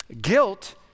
Guilt